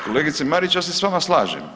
Kolegice Marić, ja se sa vama slažem.